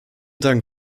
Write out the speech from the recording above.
dank